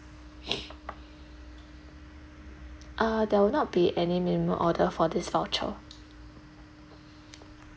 ah there will not be any minimum order for this voucher